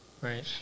right